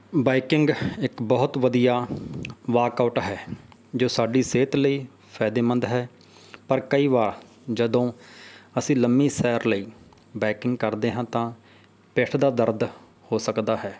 biking ਇੱਕ ਬਹੁਤ ਵਧੀਆ ਵਾਕਆਊਟ ਹੈ ਜੋ ਸਾਡੀ ਸਿਹਤ ਲਈ ਫਾਇਦੇਮੰਦ ਹੈ ਪਰ ਕਈ ਵਾਰ ਜਦੋਂ ਅਸੀਂ ਲੰਮੀ ਸੈਰ ਲਈ ਬਾਇਕਿੰਗ ਕਰਦੇ ਹਾਂ ਤਾਂ ਪਿੱਠ ਦਾ ਦਰਦ ਹੋ ਸਕਦਾ ਹੈ